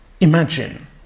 imagine